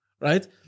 right